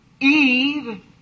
Eve